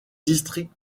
district